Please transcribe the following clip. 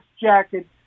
jacket